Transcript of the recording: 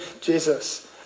Jesus